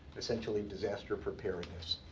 essentially disaster preparedness.